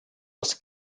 aus